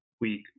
week